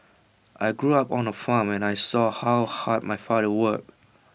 I grew up on A farm and I saw how hard my father worked